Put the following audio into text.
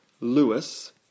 Lewis